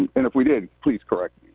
and if we did, please correct